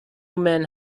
men